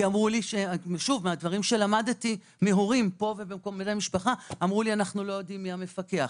כי מדברים שלמדתי מהורים ומבני משפחה אמרו לי שלא יודעים מי המפקח.